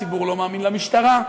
הציבור לא מאמין למשטרה.